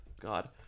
God